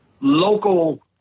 local